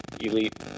elite